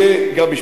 גם שלי.